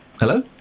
Hello